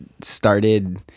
started